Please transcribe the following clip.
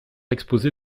exposé